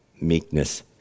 Meekness